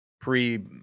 pre